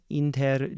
inter